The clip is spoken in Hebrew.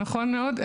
נכון מאוד.